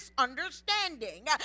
misunderstanding